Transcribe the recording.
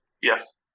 yes